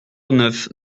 neuf